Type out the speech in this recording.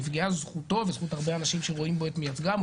נפגעה זכותו וזכות הרבה אנשים שרואים בו מייצגם,